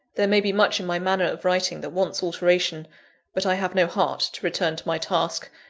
there may be much in my manner of writing that wants alteration but i have no heart to return to my task,